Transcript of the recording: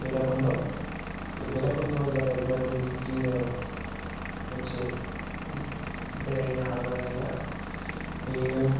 भैरबखन्द' जे भैरबखन्दआ जाबाय उदालगुरि जिल्लायाव मोनसे जि बेरायनो हाग्रा जायगा बेयो